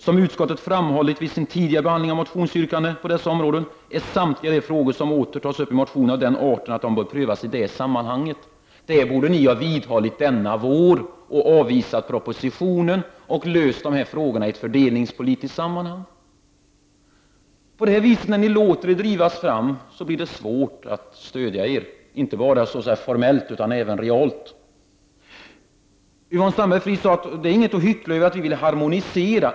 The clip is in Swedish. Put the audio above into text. Som utskottet har framhållit vid sin tidigare behandling av motionsyrkanden på dessa områden är samtliga de frågor som åter tas upp i motioner av den arten att de bör prövas i det sammanhanget. Detta borde ni ha vidhållit denna vår, avvisat propositionen och löst dessa frågor i ett fördelningspolitiskt sammanhang. Genom att ni låter er drivas fram blir det svårt att stödja er — inte bara formellt utan även reellt. Yvonne Sandberg-Fries sade att det inte är något att hyckla med att ni vill harmonisera.